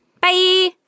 Bye